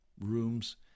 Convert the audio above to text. rooms